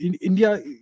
India